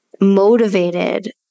motivated